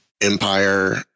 Empire